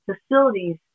facilities